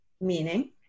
Meaning